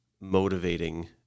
motivating